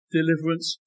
deliverance